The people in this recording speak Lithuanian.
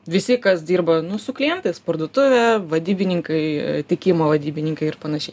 visi kas dirba nu su klientais parduotuvė vadybininkai tiekimo vadybininkai ir panašiai